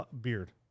beard